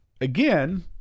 again